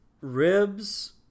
ribs